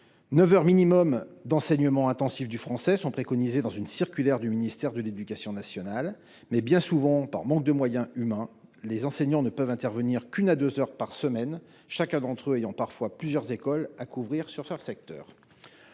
Neuf heures au minimum d’enseignement intensif du français sont préconisées dans une circulaire du ministère de l’éducation nationale et de la jeunesse. Or, bien souvent, par manque de moyens humains, les enseignants ne peuvent intervenir qu’une à deux heures par semaine, chacun d’entre eux ayant parfois plusieurs écoles à couvrir sur son secteur.